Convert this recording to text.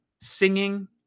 singing